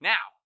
Now